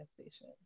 station